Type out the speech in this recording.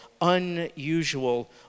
unusual